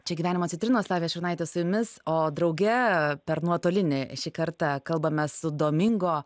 čia gyvenimo citrinos lavija šurnaitė su jumis o drauge per nuotolinį šį kartą kalbame su domingo